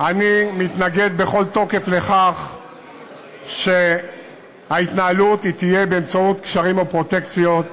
אני מתנגד בכל תוקף לכך שההתנהלות תהיה באמצעות קשרים או פרוטקציות.